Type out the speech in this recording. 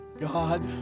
God